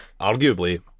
arguably